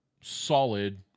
solid